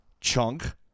chunk